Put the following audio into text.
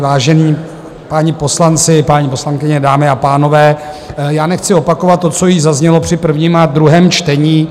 Vážení páni poslanci, paní poslankyně, dámy a pánové, nechci opakovat to, co již zaznělo při prvním a druhém čtení.